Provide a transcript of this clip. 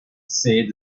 said